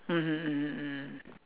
mmhmm mmhmm mmhmm